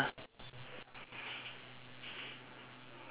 this one is for personality or silly